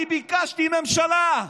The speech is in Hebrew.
אני ביקשתי ממשלה.